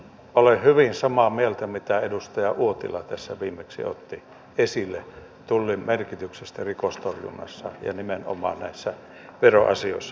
olen hyvin samaa mieltä siitä mitä edustaja uotila tässä viimeksi otti esille tullin merkityksestä rikostorjunnassa ja nimenomaan näissä veroasioissa